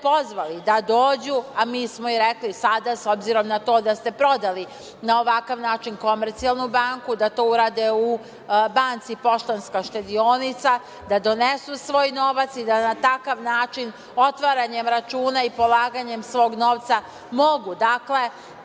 pozvali da dođu, a mi smo i rekli sada, s obzirom na to da ste prodali na ovakav način Komercijalnu banku, da to urade u banci „Poštanska štedionica“, da donesu svoj novac i da na takav način otvaranjem računa i polaganjem svog novca mogu, dakle,